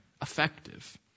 effective